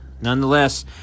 nonetheless